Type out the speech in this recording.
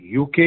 UK